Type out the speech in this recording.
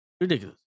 Ridiculous